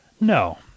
No